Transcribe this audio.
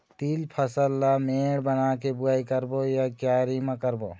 तील फसल ला मेड़ बना के बुआई करबो या क्यारी म करबो?